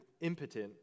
impotent